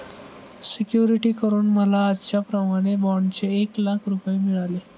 security करून मला आजच्याप्रमाणे बाँडचे एक लाख रुपये मिळाले